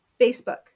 Facebook